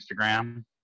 instagram